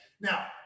Now